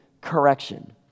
correction